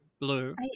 Blue